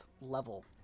level